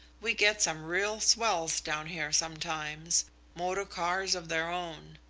we get some real swells down here sometimes motor cars of their own.